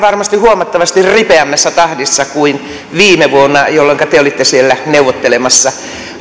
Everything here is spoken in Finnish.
varmaan huomattavasti ripeämmässä tahdissa kuin viime vuonna jolloinka te olitte siellä neuvottelemassa